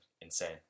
insane